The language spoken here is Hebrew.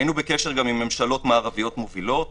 היינו בקשר גם עם ממשלות מערביות מובילות